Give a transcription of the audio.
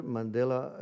Mandela